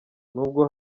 nubwo